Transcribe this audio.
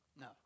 No